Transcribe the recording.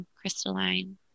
crystalline